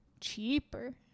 Cheaper